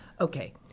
Okay